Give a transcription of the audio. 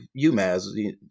UMass